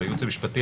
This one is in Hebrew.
והייעוץ המשפטי,